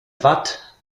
watt